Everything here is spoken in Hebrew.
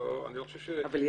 אני לא חושב ש --- לא,